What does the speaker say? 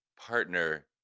partner